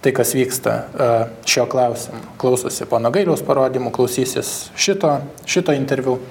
tai kas vyksta a šiuo klausimu klausosi pono gailiaus parodymų klausysis šito šito interviu